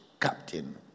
captain